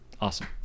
awesome